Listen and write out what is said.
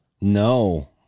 No